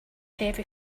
heavy